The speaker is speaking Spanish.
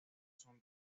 son